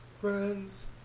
Friends